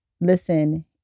listen